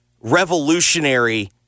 revolutionary